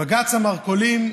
בג"ץ המרכולים,